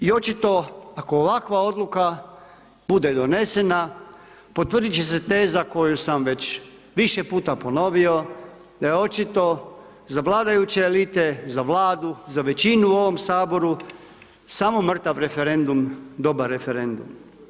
I očito ako ovakva odluka bude donesena potvrditi će se teza koju sam više puta ponovio, da je očito za vladajuće elite, za vladu, za većinu u ovom saboru, samo mrtav referendum dobar referendum.